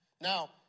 Now